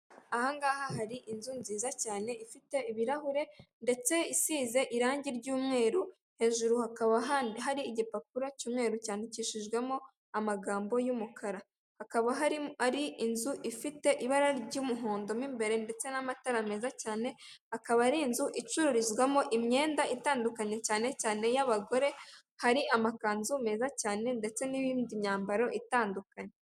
Ahangaha hari inzu nziza cyane ifite ibirahure ndetse isize irangi ry'umweru hejuru hakaba hari igipapuro cy'umweru cyandikishijwemo amagambo y'umukara hakaba harimo inzu ifite ibara ry'umuhondo mo imbere ndetse n'amatara meza cyane akaba ari inzu icururizwamo imyenda itandukanye cyane cyane iy'abagore hari amakanzu meza cyane ndetse n'indi myambaro itandukanye .